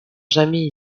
jamais